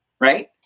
Right